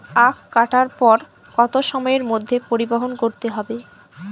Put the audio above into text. আখ কাটার পর কত সময়ের মধ্যে পরিবহন করতে হবে?